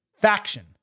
Faction